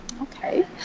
Okay